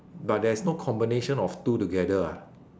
but there's no combination of two together ah